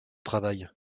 travail